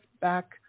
back